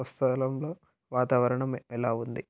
స్వస్థలంలో వాతావరణం ఎలా ఉంది